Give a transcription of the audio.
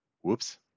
Whoops